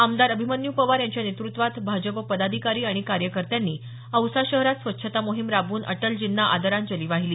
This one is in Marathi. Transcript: आमदार अभिमन्यू पवार यांच्या नेतृत्वात भाजप पदाधिकारी आणि कार्यकर्त्यांनी औसा शहरात स्वच्छता मोहीम राबवून अटलजींना आदरांजली वाहिली